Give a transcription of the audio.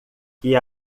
que